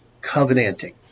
covenanting